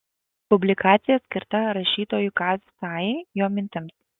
publikacija skirta rašytojui kaziui sajai jo mintims